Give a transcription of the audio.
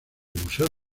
museo